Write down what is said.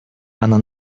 она